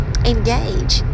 engage